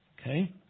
Okay